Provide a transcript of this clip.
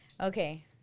Okay